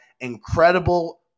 incredible